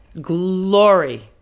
Glory